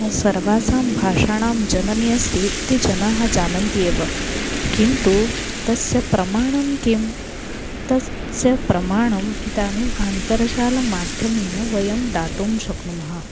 सर्वासां भाषाणां जननी अस्ति इति जनाः जानन्ति एव किन्तु तस्य प्रमाणं किं तस्य प्रमाणम् इदानीम् अन्तर्जालमाध्यमेन वयं दातुं शक्नुमः